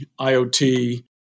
IoT